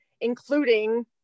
including